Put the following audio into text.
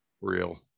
real